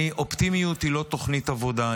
אופטימיות היא לא תוכנית עבודה.